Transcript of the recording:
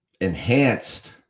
enhanced